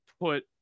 put